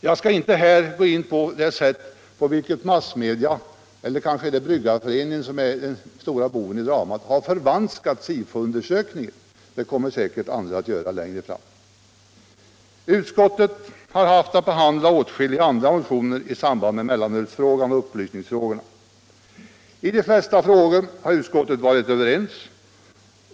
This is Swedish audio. Jag skall inte här gå in på det sätt på vilket massmedia — eller kanske det är Bryggareföreningen som är den stora boven i dramat — har förvanskat SIFO-undersökningen. Det kommer säkerligen andra att göra längre fram. Utskottet har haft att behandla åtskilliga andra motioner i samband med mellanölsfrågan och upplysningsfrågorna. I de flesta frågor har utskottet varit överens.